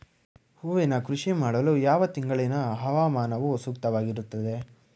ಹೂವಿನ ಕೃಷಿ ಮಾಡಲು ಯಾವ ತಿಂಗಳಿನ ಹವಾಮಾನವು ಸೂಕ್ತವಾಗಿರುತ್ತದೆ?